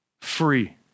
free